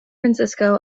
francisco